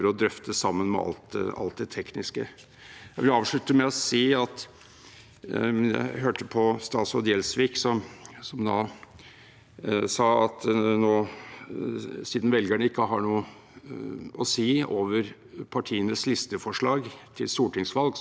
sa at siden velgerne ikke har noe å si over partienes listeforslag til stortingsvalg, kunne det like godt utgå. Jeg mener at det naturlige hadde vært å gå den andre veien og se hvordan man kunne gitt velgerne større reell innflytelse.